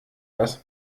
das